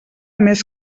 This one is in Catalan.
més